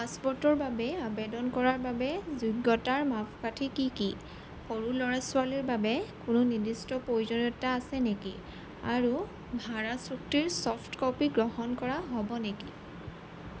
পাছপোৰ্টৰ বাবে আবেদন কৰাৰ বাবে যোগ্যতাৰ মাপকাঠি কি কি সৰু ল'ৰা ছোৱালীৰ বাবে কোনো নিৰ্দিষ্ট প্ৰয়োজনীয়তা আছে নেকি আৰু ভাড়া চুক্তিৰ চফ্ট ক'পি গ্ৰহণ কৰা হ'ব নেকি